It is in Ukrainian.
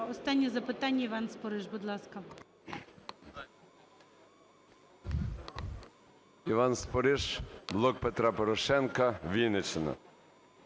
Останнє запитання. Іван Спориш, будь ласка.